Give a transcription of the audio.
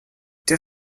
der